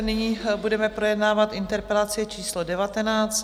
Nyní budeme projednávat interpelaci číslo 19.